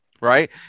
Right